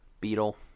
beetle